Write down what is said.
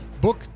book